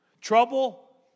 Trouble